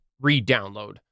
re-download